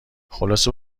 خلاصه